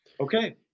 okay